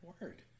Word